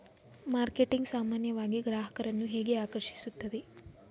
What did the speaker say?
Marketing ಸಾಮಾನ್ಯವಾಗಿ ಗ್ರಾಹಕರನ್ನು ಹೇಗೆ ಆಕರ್ಷಿಸುತ್ತದೆ?